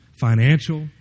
Financial